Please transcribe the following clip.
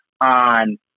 on